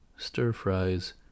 stir-fries